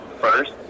first